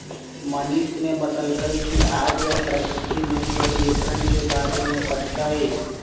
मनीष ने बतल कई कि आज वह प्रकृति में जल वितरण के बारे में पढ़ तय